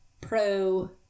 pro